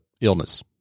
illness